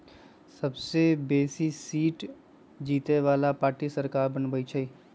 सबसे बेशी सीट जीतय बला पार्टी सरकार बनबइ छइ